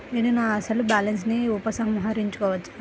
నేను నా అసలు బాలన్స్ ని ఉపసంహరించుకోవచ్చా?